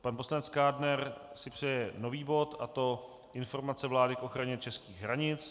Pan poslanec Kádner si přeje nový bod, a to informace vlády k ochraně českých hranic.